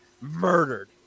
Murdered